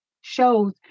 shows